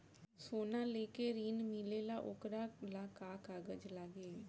सोना लेके ऋण मिलेला वोकरा ला का कागज लागी?